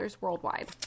worldwide